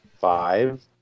five